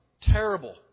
terrible